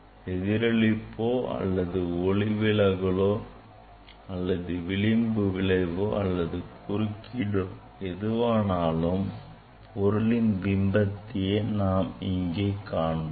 எதிரொலிப்போ அல்லது ஒளிவிலகலோ அல்லது விளிம்பு விளைவோ அல்லது குறுக்கீடோ எதுவானாலும் பொருளின் பிம்பத்தையே நாம் இங்கே காண்போம்